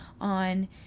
on